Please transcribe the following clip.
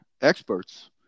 experts